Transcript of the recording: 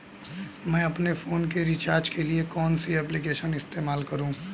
मैं अपने फोन के रिचार्ज के लिए कौन सी एप्लिकेशन इस्तेमाल करूँ?